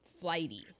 Flighty